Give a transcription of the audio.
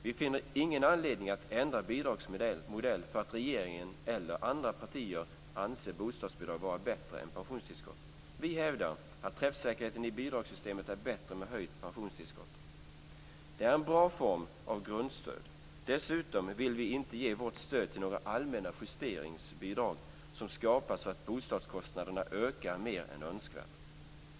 Vi finner ingen anledning att ändra bidragsmodell för att regeringen eller andra partier anser bostadsbidrag vara bättre än pensionstillskott. Vi hävdar att träffsäkerheten i bidragssystemet är bättre med ett höjt pensionstillskott. Det är en bra form av grundstöd. Dessutom vill vi inte ge vårt stöd till några allmänna justeringsbidrag som skapas för att bostadskostnaderna ökar mer än önskvärt.